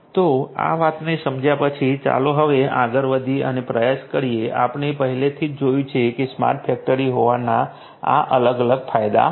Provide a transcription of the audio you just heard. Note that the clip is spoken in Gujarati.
તો આ વાતને સમજ્યા પછી ચાલો હવે આગળ વધીએ અને પ્રયાસ કરીએ આપણે પહેલેથી જ જોયું છે કે સ્માર્ટ ફેક્ટરી હોવાના આ અલગ અલગ ફાયદા છે